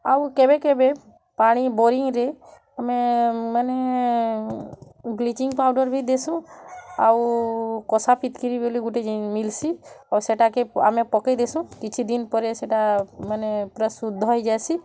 ଆଉ କେବେ କେବେ ପାଣି ବୋରିଙ୍ଗରେ ଆମେ ମାନେ ବ୍ଲିଚିଙ୍ଗ ପାଉଡ଼ର୍ ବି ଦେସୁ ଆଉ କଷା ଫିଟକିରି ବୋଲି ଗୋଟେ ମିଲସି ଆଉ ସେଟାକେ ଆମେ ପକାଇ ଦେସୁଁ କିଛିଦିନ୍ ପରେ ସେଟା ମାନେ ପୁରା ଶୁଦ୍ଧ ହେଇଯାସି